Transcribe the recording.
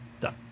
Done